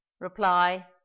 reply